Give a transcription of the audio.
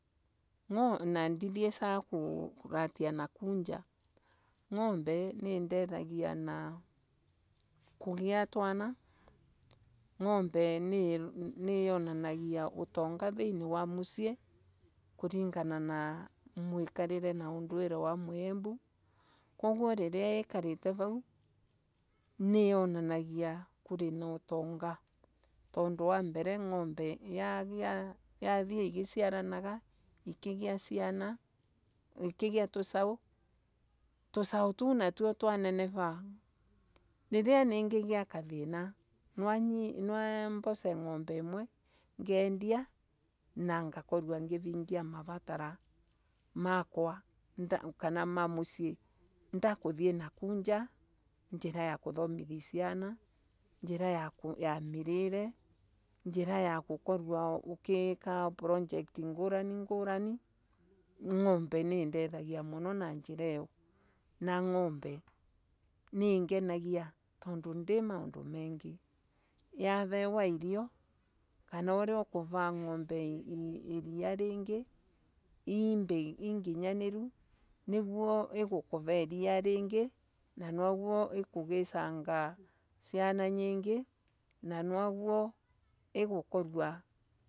Na ndithiesaga na uko njaa, ngombe nii dethagia na kugia twana na ngombe nionanagia utonga thiini WA musiii. kulingana na mwikarire na undwire wa kiembu ngombe nionanagia wina utonga, undu wa mbele yaagia yathie igiciaranaga ikigia tusau tuo natuo twaneneva riria ningegia kathina nwa mbose ngombe imwe ngedia na ngakoroa ngivingia mavatara makwa kana ma musiii ndakuthie na kuo njaa njira ya kothomithia ciana. njira ya mirire, njira ya gukoroa ugeka project ngurani ngurani. ngombe nii dethagia na njira io na ngombe niingenagia tondu ndi maundu mengii yavewa irio kana uria ukuva ngombe ria ringi inginyaniru niguo igukova iria ringi na nwa guo ikugesanga ciana nyingi na nwa guo igukoroa.